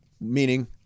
Meaning